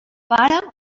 pare